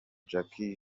jackie